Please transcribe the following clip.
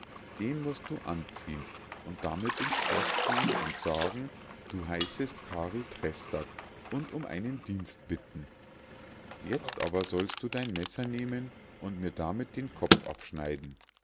den musst du anziehen und damit ins schloß gehen und sagen du heißest kari trästak und um einen dienst bitten jetzt aber sollst du dein messer nehmen und mir damit den kopf abschneiden